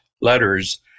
letters